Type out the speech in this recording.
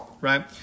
right